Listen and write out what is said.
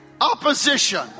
opposition